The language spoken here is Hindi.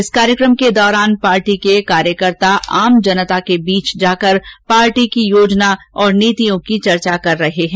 इस कार्यक्रम के दौरान पार्टी के कार्यकर्ता आम जनता के बीच जाकर पार्टी की योजना और नीतियों की चर्चा कर रहें है